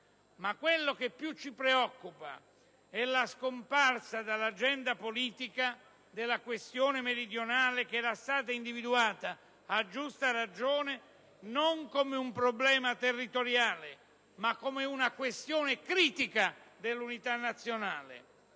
quello che più ci preoccupa è la scomparsa dall'agenda politica della questione meridionale, che era stata individuata, a giusta ragione, non come un problema territoriale, ma come una questione critica dell'unità nazionale.